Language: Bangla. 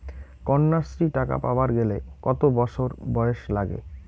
কন্যাশ্রী টাকা পাবার গেলে কতো বছর বয়স লাগে?